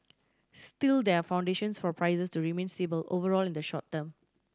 still there are foundations for prices to remain stable overall in the short term